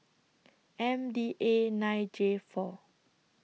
M D A nine J four